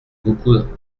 beaucoup